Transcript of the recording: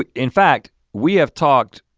ah in fact, we have talked,